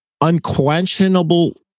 unquestionable